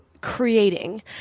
creating